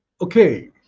okay